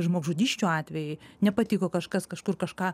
žmogžudysčių atvejai nepatiko kažkas kažkur kažką